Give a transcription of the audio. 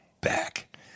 back